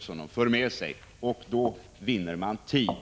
På detta sätt vinner rånarna tid.